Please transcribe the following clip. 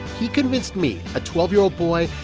he convinced me, a twelve year old boy,